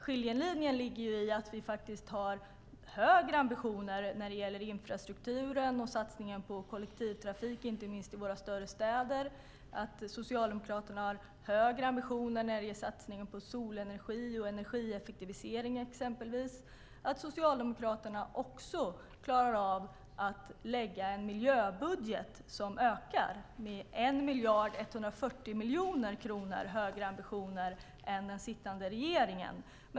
Skiljelinjen ligger i att vi har högre ambitioner när det gäller infrastrukturen och satsningen på kollektivtrafik inte minst i våra större städer. Socialdemokraterna har högre ambitioner när det gäller satsningen på exempelvis solenergi och energieffektivisering. Socialdemokraterna klarar också att lägga fram en miljöbudget med 1 140 000 000 kronor högre ambitioner än den sittande regeringens.